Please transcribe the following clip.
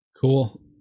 cool